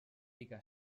pica